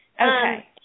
Okay